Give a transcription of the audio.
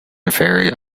very